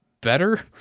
better